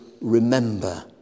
remember